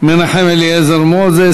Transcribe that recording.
מנחם אליעזר מוזס.